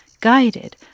guided